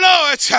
Lord